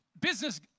business